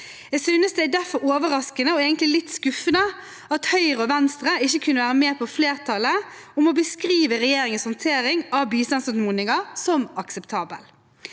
Jeg synes derfor det er overraskende og egentlig litt skuffende at Høyre og Venstre ikke kunne være med flertallet på å beskrive regjeringens håndtering av bistandsanmodninger som akseptabel.